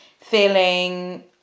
feeling